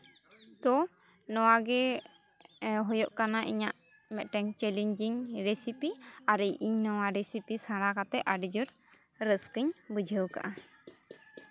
ᱛᱚ ᱱᱚᱣᱟᱜᱮ ᱦᱳᱭᱳᱜ ᱠᱟᱱᱟ ᱤᱧᱟᱹᱜ ᱢᱤᱫᱴᱟᱝ ᱪᱮᱞᱮᱧᱡᱤᱝ ᱨᱮᱥᱤᱯᱤ ᱟᱨ ᱤᱧ ᱱᱚᱣᱟ ᱨᱮᱥᱮᱯᱤ ᱥᱮᱬᱟ ᱠᱟᱛᱮᱫ ᱟᱹᱰᱤ ᱡᱳᱨ ᱨᱟᱹᱥᱠᱟᱹᱧ ᱵᱩᱡᱷᱟᱹᱣ ᱠᱟᱜᱼᱟ